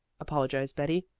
apologized betty.